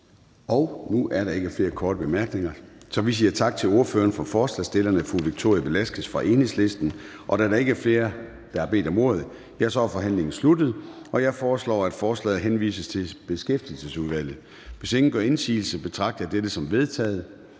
Nu er der ikke flere korte bemærkninger, så vi siger tak til ordføreren for forslagsstillerne, fru Victoria Velasquez fra Enhedslisten. Da der ikke er flere, der har bedt om ordet, er forhandlingen sluttet. Jeg foreslår, at forslaget til folketingsbeslutning henvises til Beskæftigelsesudvalget. Hvis ingen gør indsigelse, betragter jeg dette som vedtaget.